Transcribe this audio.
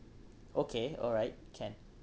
okay alright can